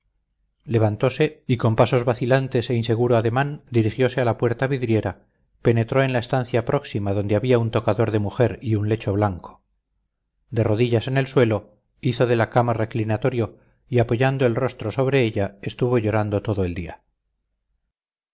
levantose y con pasos vacilantes e inseguro ademán dirigiose a la puerta vidriera penetró en la estancia próxima donde había un tocador de mujer y un lecho blanco de rodillas en el suelo hizo de la cama reclinatorio y apoyando el rostro sobre ella estuvo llorando todo el día